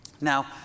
Now